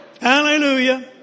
Hallelujah